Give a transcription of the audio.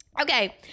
Okay